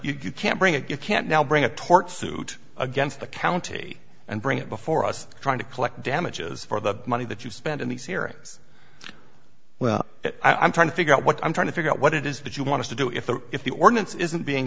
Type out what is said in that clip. but you can't bring it you can't now bring a tort suit against the county and bring it before us trying to collect damages for the money that you spent in these hearings well i'm trying to figure out what i'm trying to figure out what it is that you want to do if the if the ordinance isn't being